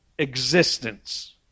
existence